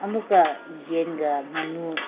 ꯑꯃꯨꯛꯀ ꯌꯦꯟꯒ ꯉꯥꯅꯨ